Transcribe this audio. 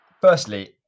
Firstly